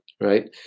right